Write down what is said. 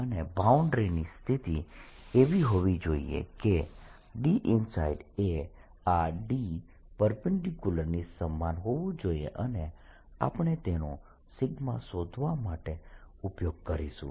અને બાઉન્ડ્રીની સ્થિતિ એવી હોવી જોઈએ કે Dinside એ આ D ની સમાન હોવું જોઈએ અને આપણે તેનો શોધવા માટે ઉપયોગ કરીશું